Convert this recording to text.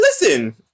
Listen